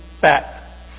fact